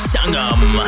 Sangam